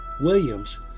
Williams